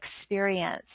experience